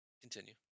continue